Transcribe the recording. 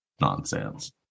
nonsense